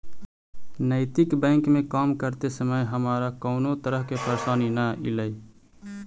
नैतिक बैंक में काम करते समय हमारा कउनो तरह के परेशानी न ईलई